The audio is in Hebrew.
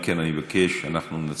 אם כן, אני מבקש: אנחנו נצביע.